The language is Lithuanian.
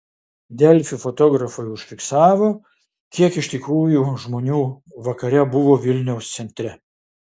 delfi fotografai užfiksavo kiek iš tikrųjų žmonių vakare buvo vilniaus centre